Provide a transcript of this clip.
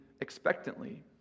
expectantly